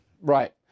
Right